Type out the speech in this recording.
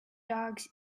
dogs